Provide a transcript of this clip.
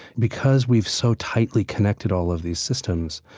because we've so tightly connected all of these systems,